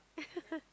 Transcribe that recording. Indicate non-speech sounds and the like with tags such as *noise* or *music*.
*laughs*